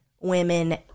women